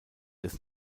des